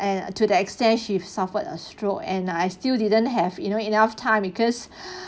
and to the extent she suffered a stroke and I still didn't have you know enough time because